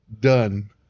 done